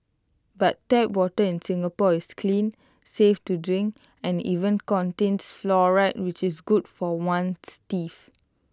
but tap water in Singapore is clean safe to drink and even contains fluoride which is good for one's teeth